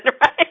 right